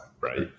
right